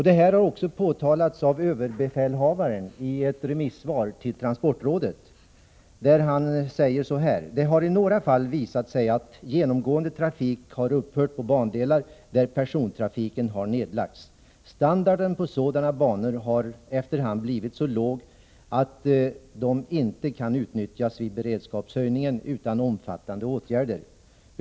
Den risken har också påpekats av överbefälhavaren i remissvar till transportrådet, där han säger så här: ”Det har i några fall visat sig att genomgående trafik har upphört på bandelar där persontrafiken har nedlagts. Standarden på sådana banor har efterhand blivit så låg att de inte kan utnyttjas vid beredskapshöjningen utan omfattande åtgärder.